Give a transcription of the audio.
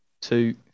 two